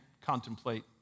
contemplate